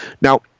Now